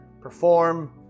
perform